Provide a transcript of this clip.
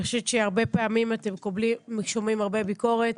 אני חושבת שהרבה פעמים אתם שומעים הרבה ביקורת.